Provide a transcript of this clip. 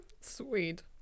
Sweet